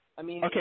Okay